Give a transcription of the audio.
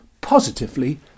positively